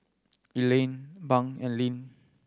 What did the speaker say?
Elaine Bunk and Linn